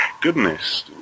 goodness